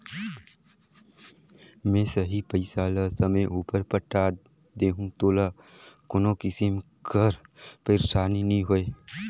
में सही पइसा ल समे उपर पटाए देहूं तोला कोनो किसिम कर पइरसानी नी होए